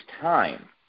time